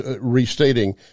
restating